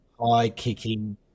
high-kicking